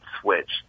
switch